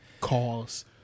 calls